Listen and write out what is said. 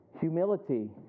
Humility